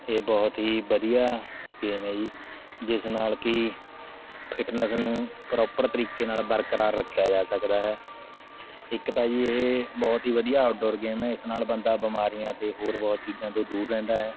ਇਹ ਬਹੁਤ ਹੀ ਵਧੀਆ ਗੇਮ ਹੈ ਜੀ ਜਿਸ ਨਾਲ਼ ਕਿ ਫਿੱਟਨੈਸ ਨੂੰ ਪ੍ਰੋਪਰ ਤਰੀਕੇ ਨਾਲ਼ ਬਰਕਰਾਰ ਰੱਖਿਆ ਜਾ ਸਕਦਾ ਹੈ ਇੱਕ ਤਾਂ ਜੀ ਇਹ ਬਹੁਤ ਹੀ ਵਧੀਆ ਆਊਟਡੋਰ ਗੇਮ ਹੈ ਇਸ ਨਾਲ਼ ਬੰਦਾ ਬਿਮਾਰੀਆਂ ਅਤੇ ਹੋਰ ਬਹੁਤ ਚੀਜ਼ਾਂ ਤੋਂ ਦੂਰ ਰਹਿੰਦਾ ਹੈ